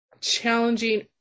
challenging